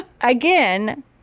Again